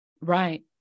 Right